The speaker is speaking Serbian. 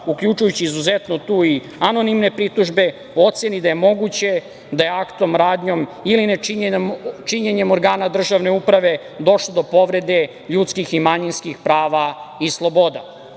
uključujući izuzetno tu i anonimne pritužbe, oceni da je moguće da je aktom, radnjom ili nečinjenjem organa državne uprave došlo do povrede ljudskih i manjinskih prava i sloboda. Pored